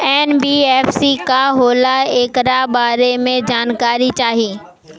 NBFC का होला ऐकरा बारे मे जानकारी चाही?